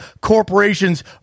corporations